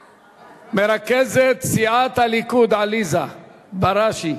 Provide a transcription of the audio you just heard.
מרכזת סיעת הליכוד עליזה בראשי,